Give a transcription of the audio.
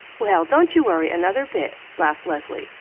well, don't you worry another bit! laughed leslie.